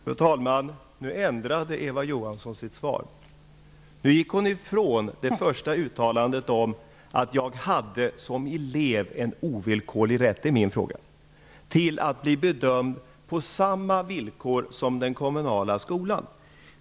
Fru talman! Nu ändrade Eva Johansson sitt svar. Nu gick hon ifrån det första uttalandet om att jag som elev har en ovillkorlig rätt -- och det är min fråga -- till att en godkänd skola blir bedömd på samma villkor som den kommunala skolan.